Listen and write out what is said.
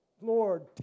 Lord